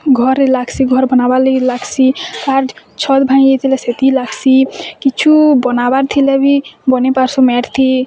ଘରେ ଲାଗ୍ସି ଘର୍ ବନାବାର୍ ଲାଗି ଲାଗ୍ସି କାଠ୍ ଛତ୍ ଭାଙ୍ଗି ଯାଇଥିଲେ ସେଥି ଲାଗସି କିଛୁ ବନାବାର୍ ଥିଲେ ବି ବନେଇପାରସୁଁ ମ୍ୟାଟ୍ ଥି